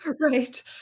Right